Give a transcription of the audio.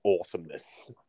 awesomeness